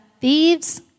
thieves